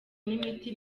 n’imiti